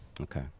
Okay